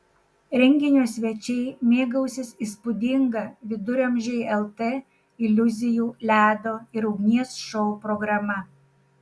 renginio svečiai mėgausis įspūdinga viduramžiai lt iliuzijų ledo ir ugnies šou programa